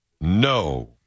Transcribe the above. No